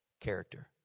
character